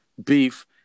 beef